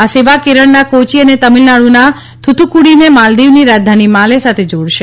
આ સેવા કેરળના કોચી અને તમિલનાડુના થુથુકુડીને માલદીવની રાજધાની માલે સાથે જોડશે